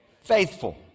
Faithful